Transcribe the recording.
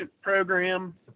program